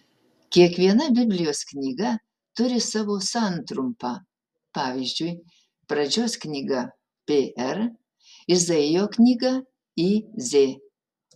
kiekviena biblijos knyga turi savo santrumpą pavyzdžiui pradžios knyga pr izaijo knyga iz